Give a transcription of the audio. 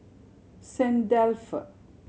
Saint Dalfour